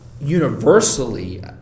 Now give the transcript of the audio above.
universally